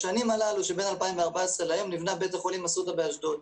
בשנים שבין 2014 להיום נבנה בית החולים אסותא באשדוד.